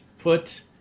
put